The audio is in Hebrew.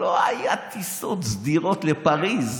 לא היו טיסות סדירות לפריז.